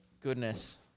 Goodness